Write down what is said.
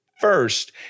first